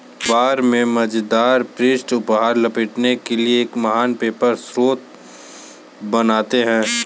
अख़बार में मज़ेदार पृष्ठ उपहार लपेटने के लिए एक महान पेपर स्रोत बनाते हैं